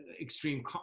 extreme